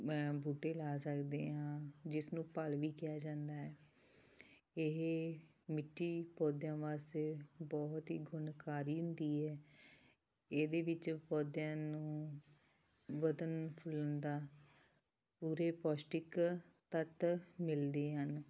ਬੂਟੇ ਲਾ ਸਕਦੇ ਹਾਂ ਜਿਸ ਨੂੰ ਪਲ ਵੀ ਕਿਹਾ ਜਾਂਦਾ ਹੈ ਇਹ ਮਿੱਟੀ ਪੌਦਿਆਂ ਵਾਸਤੇ ਬਹੁਤ ਹੀ ਗੁਣਕਾਰੀ ਹੁੰਦੀ ਹੈ ਇਹਦੇ ਵਿੱਚ ਪੌਦਿਆਂ ਨੂੰ ਵਧਣ ਫੁੱਲਣ ਦਾ ਪੂਰੇ ਪੌਸ਼ਟਿਕ ਤੱਤ ਮਿਲਦੇ ਹਨ